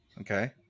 Okay